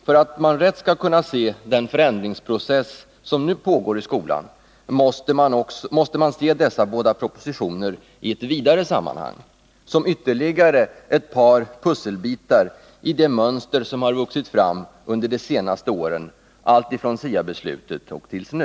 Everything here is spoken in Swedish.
För att man rätt skall kunna se den förändringsprocess som nu pågår i skolan måste man se dessa båda propositioner i ett vidare sammanhang — som ytterligare ett par pusselbitar i det mönster som har vuxit fram under de senaste åren alltifrån STA-beslutet och tills nu.